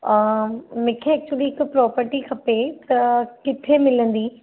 मूंखे एक्चुली हिक प्रॉपर्टी खपे त किथे मिलंदी